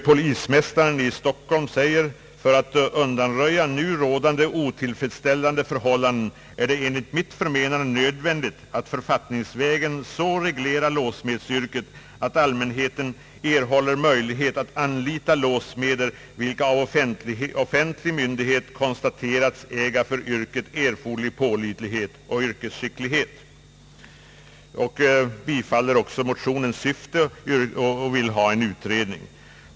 Polismästaren i Stockholm <säger: »För att undanröja nu rådande otillfredsställande förhållande är det enligt mitt förmenande nödvändigt att författningsvägen så reglera låssmedsyrket, att allmänheten erhåller möjlighet att anlita låssmeder, vilka av offentlig myndighet konstaterats äga för yrket erforderlig pålitlighet och yrkesskicklighet.» Polismästaren instämmer också i motionernas syfte och vill ha en utredning.